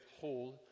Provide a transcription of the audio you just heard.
hold